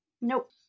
Nope